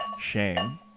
shame